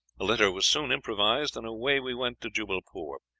a litter was soon improvised, and away we went to jubbalpore,